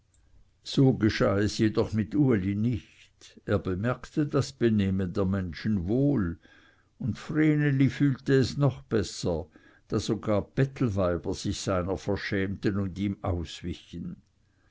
so geschah es jedoch mit uli nicht er bemerkte das benehmen der menschen wohl und vreneli fühlte es noch besser da sogar bettelweiber sich seiner verschämten und ihm auswichen